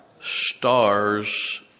Stars